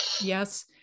yes